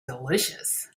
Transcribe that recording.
delicious